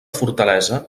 fortalesa